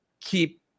keep